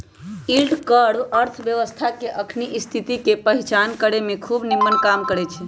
yield curve अर्थव्यवस्था के अखनी स्थिति के पहीचान करेमें खूब निम्मन काम करै छै